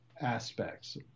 aspects